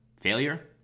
failure